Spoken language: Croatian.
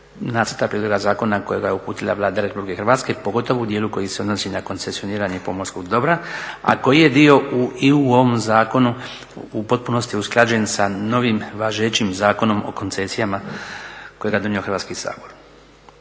prijedloga zakona kojega je uputila Vlada Republike Hrvatske pogotovo u dijelu koji se odnosi na koncesioniranje pomorskog dobra a koji je dio i u ovom zakonu u potpunosti usklađen sa novim važećim Zakonom o koncesijama kojega je donio Hrvatski sabor.